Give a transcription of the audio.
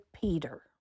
Peter